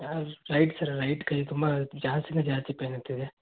ನಾನು straight sir right ಕೈ ತುಂಬ ಜಾಸ್ತಿಯೇ ಜಾಸ್ತಿ ಪೇಯ್ನ್ ಆಗ್ತಿದೆ